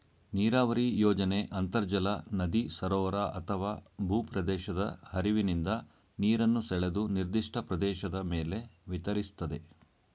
ನೀರಾವರಿ ಯೋಜನೆ ಅಂತರ್ಜಲ ನದಿ ಸರೋವರ ಅಥವಾ ಭೂಪ್ರದೇಶದ ಹರಿವಿನಿಂದ ನೀರನ್ನು ಸೆಳೆದು ನಿರ್ದಿಷ್ಟ ಪ್ರದೇಶದ ಮೇಲೆ ವಿತರಿಸ್ತದೆ